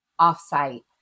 offsite